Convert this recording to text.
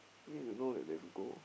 need to know that there's a goal